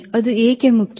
ಅದು ಏಕೆ ಮುಖ್ಯ